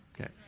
Okay